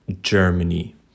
Germany